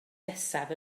nesaf